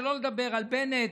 שלא לדבר על בנט,